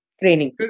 Training